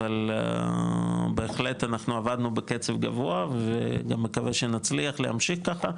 אבל בהחלט אנחנו עבדנו בקצב גבוה וגם אני מקווה שנצליח להמשיך ככה.